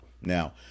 Now